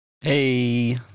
Hey